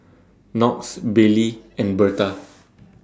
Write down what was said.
Knox Bailey and Berta